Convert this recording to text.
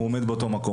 הוא עומד באותו מקום.